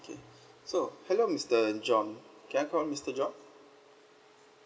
K so hello mister john can I call you mister john